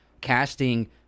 Casting